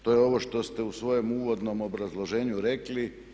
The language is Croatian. To je ovo što ste u svojem uvodnom obrazloženju rekli.